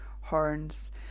horns